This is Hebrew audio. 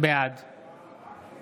בעד